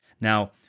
Now